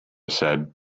said